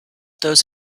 those